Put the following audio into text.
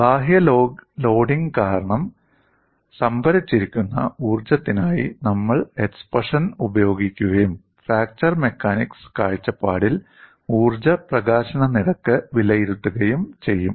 ബാഹ്യ ലോഡിംഗ് കാരണം സംഭരിച്ചിരിക്കുന്ന ഊർജ്ജത്തിനായി നമ്മൾ എക്സ്പ്രഷൻ ഉപയോഗിക്കുകയും ഫ്രാക്ചർ മെക്കാനിക്സ് കാഴ്ചപ്പാടിൽ ഊർജ്ജ പ്രകാശന നിരക്ക് വിലയിരുത്തുകയും ചെയ്യും